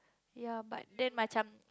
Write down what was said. ya but then my cham